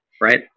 right